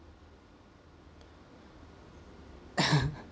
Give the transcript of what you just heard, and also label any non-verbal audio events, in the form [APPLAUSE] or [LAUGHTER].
[LAUGHS]